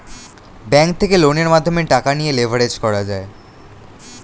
bank থেকে লোনের মাধ্যমে টাকা নিয়ে লেভারেজ করা যায়